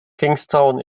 kingstown